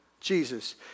Jesus